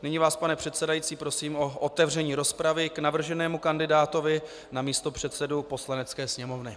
Nyní vás, pane předsedající, prosím o otevření rozpravy k navrženému kandidátovi na místopředsedu Poslanecké sněmovny.